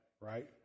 right